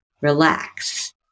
relax